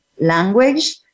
language